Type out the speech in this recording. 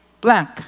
blank